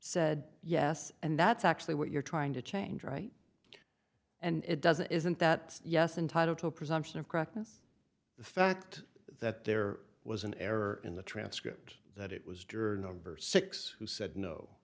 said yes and that's actually what you're trying to change right and it doesn't isn't that yes entitle to a presumption of correctness the fact that there was an error in the transcript that it was during number six who said no